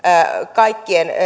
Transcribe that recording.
kaikkien